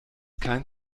kein